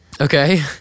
Okay